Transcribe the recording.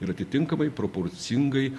ir atitinkamai proporcingai